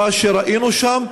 מה שראינו שם.